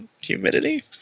humidity